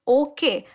okay